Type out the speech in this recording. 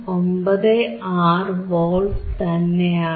96 volts തന്നെയാണ്